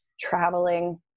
traveling